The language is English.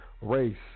race